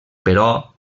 però